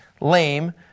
lame